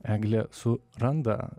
eglė su randa